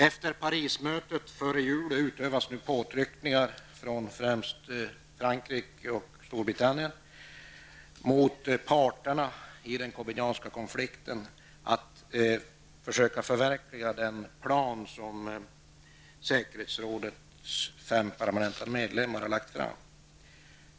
Efter Paris-mötet före jul utövas nu påtryckningar från främst Frankrike och Storbritannien mot parterna i den kambodjanska konflikten att försöka förverkliga den plan som säkerhetsrådets fem permanenta medlemmar har lagt fram.